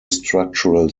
structural